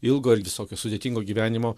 ilgo ir visokio sudėtingo gyvenimo